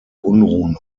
unruhen